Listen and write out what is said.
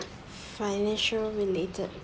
financial related